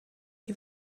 die